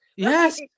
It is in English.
Yes